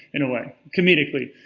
in a way. comedically.